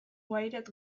wired